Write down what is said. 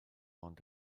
ond